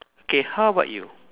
okay how about you